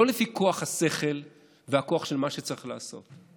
לא לפי כוח השכל והכוח של מה שצריך לעשות.